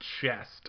chest